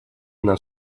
она